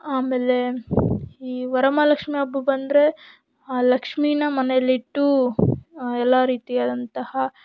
ಆಮೇಲೆ ಈ ವರಮಹಾಲಕ್ಷ್ಮಿ ಹಬ್ಬ ಬಂದರೆ ಆ ಲಕ್ಷ್ಮಿನ ಮನೇಲಿಟ್ಟು ಎಲ್ಲ ರೀತಿಯಾದಂತಹ